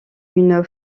une